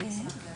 אני אשמח להגיב.